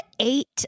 eight